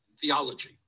theology